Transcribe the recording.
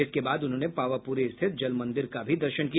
इसके बाद उन्होंने पावापुरी स्थित जलमंदिर का भी दर्शन किया